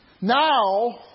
Now